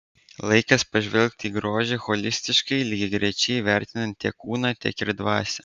laikas pažvelgti į grožį holistiškai lygiagrečiai vertinant tiek kūną tiek ir dvasią